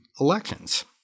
elections